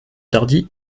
tardy